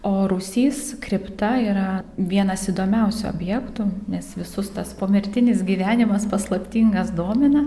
o rūsys kripta yra vienas įdomiausių objektų nes visus tas pomirtinis gyvenimas paslaptingas domina